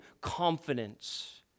confidence